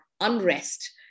unrest